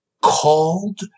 called